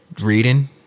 reading